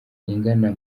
ingana